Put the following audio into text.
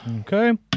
Okay